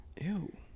Ew